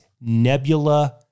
Nebula